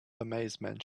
amazement